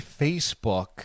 Facebook